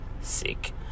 sick